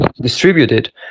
distributed